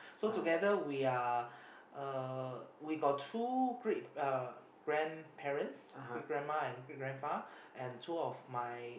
so together we are uh we got two great uh grandparents great grandma and great grandpa and two of my